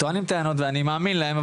טוענים טענות ואני מאמין להם,